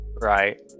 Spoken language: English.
right